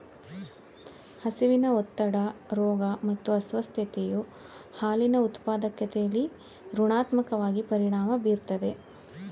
ಹಸಿವಿನ ಒತ್ತಡ ರೋಗ ಮತ್ತು ಅಸ್ವಸ್ಥತೆಯು ಹಾಲಿನ ಉತ್ಪಾದಕತೆಲಿ ಋಣಾತ್ಮಕವಾಗಿ ಪರಿಣಾಮ ಬೀರ್ತದೆ